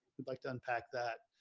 we'd like to unpack that